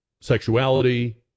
sexuality